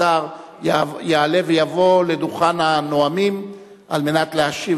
השר יעלה ויבוא לדוכן הנואמים על מנת להשיב,